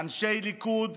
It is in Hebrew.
אנשי ליכוד,